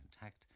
intact